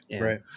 Right